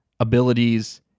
abilities